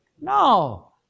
No